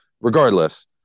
regardless